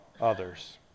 others